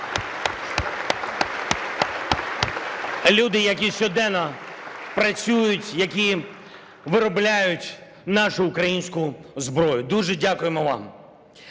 Люди, які щоденно працюють, які виробляють нашу українську зброю, дуже дякуємо вам.